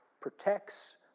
protects